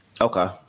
Okay